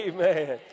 Amen